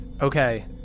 Okay